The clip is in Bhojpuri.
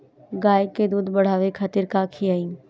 गाय के दूध बढ़ावे खातिर का खियायिं?